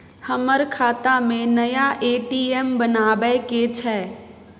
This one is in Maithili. हमर खाता में नया ए.टी.एम बनाबै के छै?